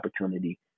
opportunity